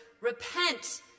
Repent